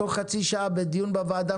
אפשר לשנות בתוך חצי שעה של דיון בוועדה.